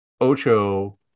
Ocho